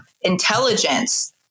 intelligence